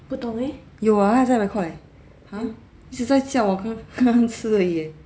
有他有在 record !huh! 是在叫我刚刚吃而已哦